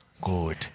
Good